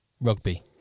rugby